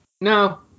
No